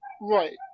Right